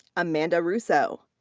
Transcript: amanda russo.